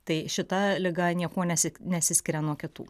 tai šita liga niekuo nesi nesiskiria nuo kitų